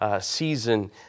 season